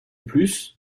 plus